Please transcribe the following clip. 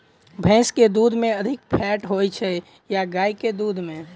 भैंस केँ दुध मे अधिक फैट होइ छैय या गाय केँ दुध में?